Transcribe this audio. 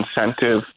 incentive